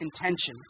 intentions